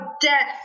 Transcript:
death